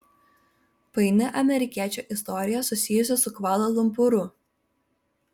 paini amerikiečio istorija susijusi su kvala lumpūru